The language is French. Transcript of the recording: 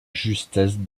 justesse